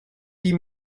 dix